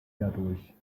dadurch